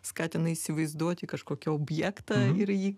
skatina įsivaizduoti kažkokį objektą ir į jį